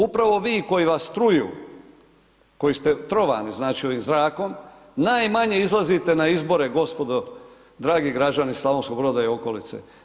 Upravo vi koji vas truju, koji ste trovani znači ovim zrakom, najmanje izlazite na izbore gospodo, dragi građani Slavonskog Broda i okolice.